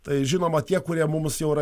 tai žinoma tie kurie mums jau yra